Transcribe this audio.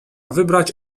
wybrać